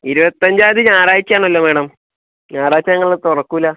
ഇരുപത്തഞ്ചാം തീയതി ഞായറാഴ്ച്ചയാണല്ലോ മേഡം ഞായറാഴ്ച്ച ഞങ്ങൾ തുറക്കില്ല